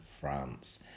France